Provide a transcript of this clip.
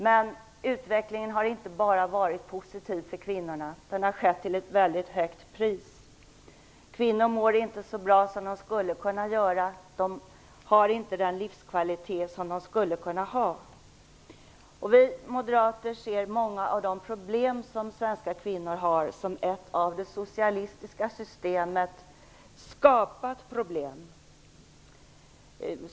Men utvecklingen har inte bara varit positiv för kvinnorna. Den har skett till ett väldigt högt pris. Kvinnor mår inte så bra som de skulle kunna göra. De har inte den livskvalitet som de skulle kunna ha. Vi moderater ser många av de problem som svenska kvinnor har som ett av det socialistiska systemet skapat problem.